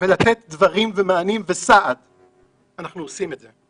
ולתת מענים וסעד, ואנחנו אכן עושים את זה,